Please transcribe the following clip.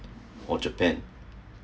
or japan